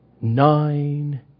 nine